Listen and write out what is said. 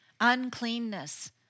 uncleanness